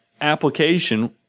application